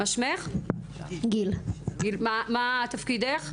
מה שמך ומה תפקידך?